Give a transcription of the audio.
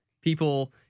people